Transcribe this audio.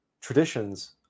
traditions